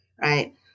right